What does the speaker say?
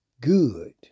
good